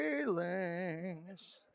feelings